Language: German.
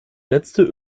letzte